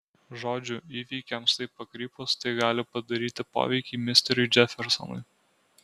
žodžiu įvykiams taip pakrypus tai gali padaryti poveikį misteriui džefersonui